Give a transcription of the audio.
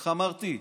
איך אמרתי,